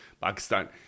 Pakistan